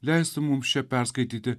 leistų mums čia perskaityti